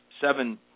seven